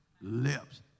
lips